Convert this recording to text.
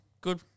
good